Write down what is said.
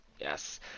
Yes